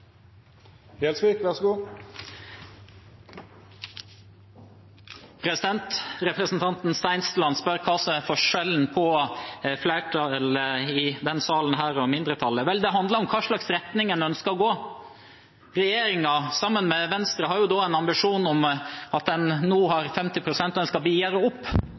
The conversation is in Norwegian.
pasientaktivitet. Og så tror jeg fortsatt på at det skal lønne seg å jobbe litt ekstra – også for et sykehus. Representanten Stensland spør hva som er forskjellen på flertallet og mindretallet i denne salen. Vel, det handler om i hvilken retning en ønsker å gå. Regjeringspartiene, herunder Venstre, har en ambisjon om å ha 50 pst. nå, og at en